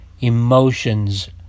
emotions